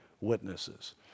witnesses